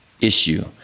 issue